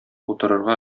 утырырга